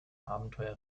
abenteuer